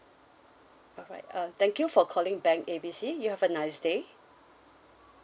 alright uh thank you for calling bank A B C you have a nice day